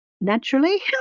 naturally